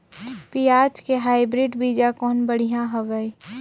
पियाज के हाईब्रिड बीजा कौन बढ़िया हवय?